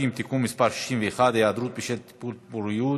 (תיקון מס' 61) (היעדרות בשל טיפולי פוריות),